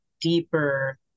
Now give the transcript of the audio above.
deeper